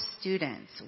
students